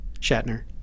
Shatner